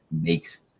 makes